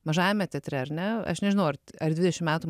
mažajame teatre ar ne aš nežinau ar ar dvidešimt metų